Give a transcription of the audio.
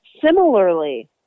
similarly